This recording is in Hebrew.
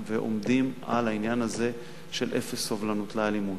ועומדים על העניין הזה של אפס סובלנות לאלימות.